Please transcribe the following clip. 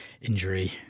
injury